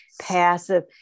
passive